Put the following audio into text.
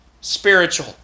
spiritual